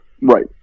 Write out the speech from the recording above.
Right